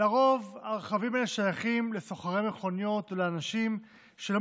לרוב הרכבים האלה שייכים לסוחרי מכוניות או לאנשים שלא